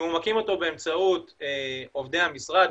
אם הוא מקים אותו באמצעות עובדי המשרד,